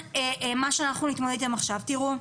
תראו,